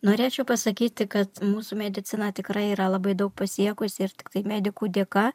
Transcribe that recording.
norėčiau pasakyti kad mūsų medicina tikrai yra labai daug pasiekusi ir tiktai medikų dėka